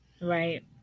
Right